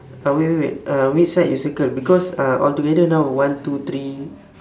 uh wait wait wait uh which side you circle because uh altogether now one two three